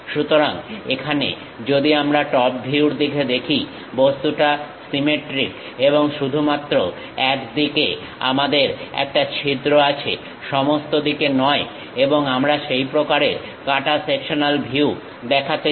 সুতরাং এখানে যদি আমরা টপ ভিউর দিকে দেখি বস্তুটা সিমেট্রিক এবং শুধুমাত্র একদিকে আমাদের একটা ছিদ্র আছে সমস্ত দিকে নয় এবং আমরা সেই প্রকারের কাঁটা সেকশনাল ভিউ দেখাতে চাই